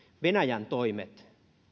venäjän toimet